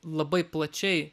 labai plačiai